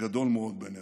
גדול מאוד בינינו.